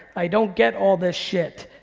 i don't get all this shit.